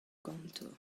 ganto